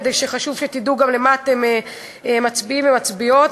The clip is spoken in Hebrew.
כי חשוב שתדעו על מה אתם מצביעים ומצביעות,